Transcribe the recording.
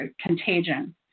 contagion